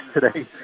today